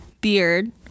beard